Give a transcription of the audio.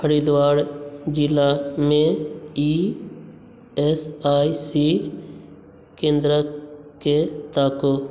हरिद्वार जिलामे E S I C केंद्र के ताकू